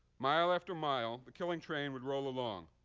mile after mile, the killing train would roll along,